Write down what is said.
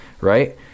Right